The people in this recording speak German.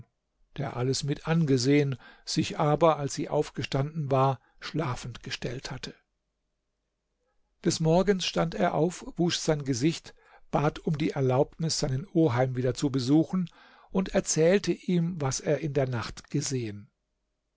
der alles mitangesehen sich aber als sie aufgestanden war schlafend gestellt hatte des morgens stand er auf wusch sein gesicht bat um die erlaubnis seinen oheim wieder zu besuchen und erzählte ihm was er in der nacht gesehen